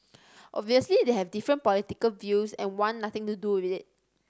obviously they have different political views and want nothing to do with it